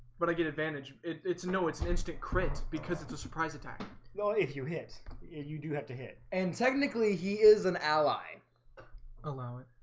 but i get advantage its know it's an interesting crit because it's a surprise attack know if you hit you do have to hit and technically he is an ally allow it